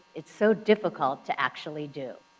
it's so difficult to actually do.